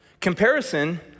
Comparison